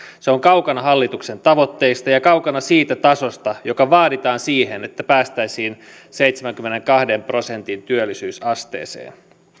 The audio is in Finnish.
se on kaukana hallituksen tavoitteista ja kaukana siitä tasosta joka vaaditaan siihen että päästäisiin seitsemänkymmenenkahden prosentin työllisyysasteeseen